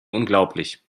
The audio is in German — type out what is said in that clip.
unglaublich